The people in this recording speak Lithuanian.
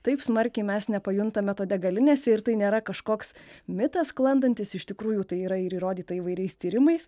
taip smarkiai mes nepajuntame to degalinėse ir tai nėra kažkoks mitas sklandantis iš tikrųjų tai yra ir įrodyta įvairiais tyrimais